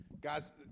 Guys